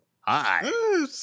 Hi